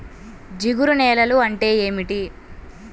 జిగురు నేలలు అంటే ఏమిటీ?